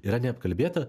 yra neapkalbėta